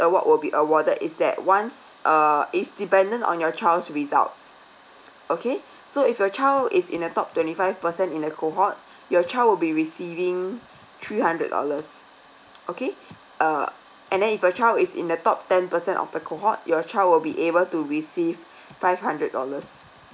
award will be awarded is that once uh is dependent on your child's results okay so if your child is in the top twenty five percent in the cohort your child will be receiving three hundred dollars okay uh and then if your child is in the top ten percent of the cohort your child will be able to receive five hundred dollars